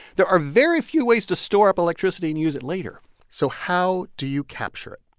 there are very few ways to store up electricity and use it later so how do you capture it?